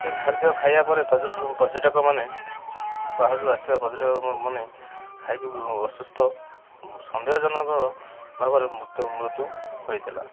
ସେ ଖାଦ୍ୟ ଖାଇବା ପରେ ପର୍ଯ୍ୟଟକ ମାନେ ବାହାରୁ ଯୋଉ ଆସିଥିବା ପର୍ଯ୍ୟଟକ ମାନେ ଖାଇକି ଅସୁସ୍ଥ ସନ୍ଦେହଜନକ ଭାବରେ ମୃତ୍ୟୁ ହୋଇଥିଲା